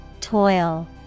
Toil